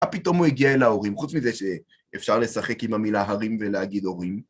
מה פתאום הוא הגיע אל ההורים? חוץ מזה, שאפשר לשחק עם המילה "הרים" ולהגיד "הורים".